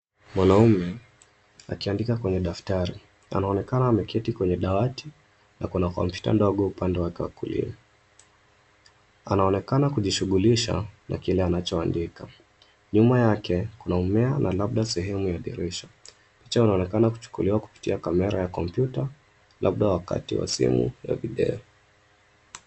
Mwanaume akiandika kwenye daftari, anaonekana ameketi kwenye dawati na kuna kompyuta ndogo upande wake wa kulia. Anaonekana akijishughulisha na kile anachoandika. Nyuma yake kuna mmea na labda sehemu ya dirisha. Picha inaonekana kuchukuliwa kupitia kamera ya kompyuta, labda wakati wa simu ya video.